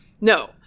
No